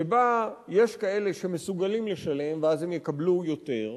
שבה יש כאלה שמסוגלים לשלם, ואז הם יקבלו יותר,